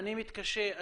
אני מתקשה,